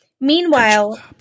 Meanwhile